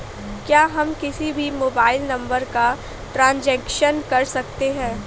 क्या हम किसी भी मोबाइल नंबर का ट्रांजेक्शन कर सकते हैं?